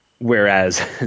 Whereas